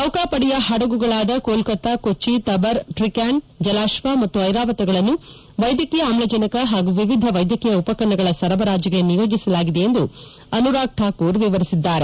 ನೌಕಾ ಪಡೆಯ ಹಡಗುಗಳಾದ ಕೋಲ್ಲತಾ ಕೊಚ್ಚಿ ತಬರ್ ಟ್ರಿಕ್ಲಾಂಡ್ ಜಲಾತ್ವ ಮತ್ತು ಐರಾವತಗಳನ್ನು ವೈದ್ಯಕೀಯ ಆಮ್ಲಜನಕ ಹಾಗೂ ವಿವಿಧ ವೈದ್ಯಕೀಯ ಉಪಕರಣಗಳ ಸರಬರಾಜಿಗೆ ನಿಯೋಜಿಸಲಾಗಿದೆ ಎಂದು ಅನುರಾಗ್ ಠಾಕೂರ್ ವಿವರಿಸಿದ್ದಾರೆ